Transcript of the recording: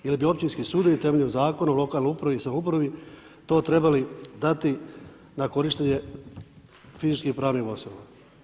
Ili bi općinski sudovi temeljem Zakona o lokalnoj upravi i samoupravi to trebali dati na korištenje fizičkim i pravnim osobama.